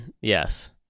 Yes